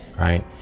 right